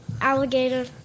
alligator